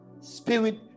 Spirit